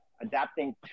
adapting